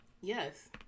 Yes